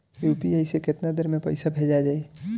UPI से केतना देर मे पईसा भेजा जाई?